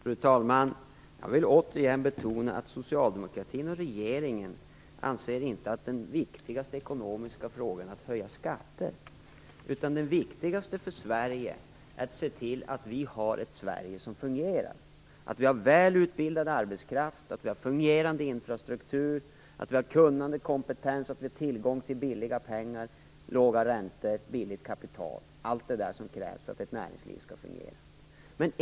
Fru talman! Jag vill återigen betona att socialdemokratin och regeringen inte anser att den viktigaste ekonomiska frågan är att höja skatter. Det viktigaste för Sverige är att vi ser till att vi har ett Sverige som fungerar, att vi har välutbildad arbetskraft, fungerande infrastruktur, kunnande och kompetens, att vi har tillgång till billiga pengar, låga räntor och billigt kapital, dvs. allt som krävs för att ett näringsliv skall fungera.